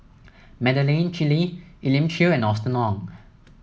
Madeleine Chew Lee Elim Chew and Austen Ong